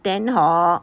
then hor